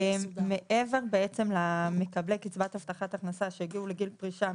מעבר בעצם למקבלי קצבת הבטחת הכנסה שהגיעו לגיל פרישה,